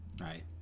right